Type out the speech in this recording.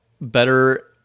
better